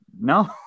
no